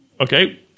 okay